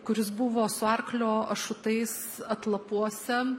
kuris buvo su arklio ašutais atlapuose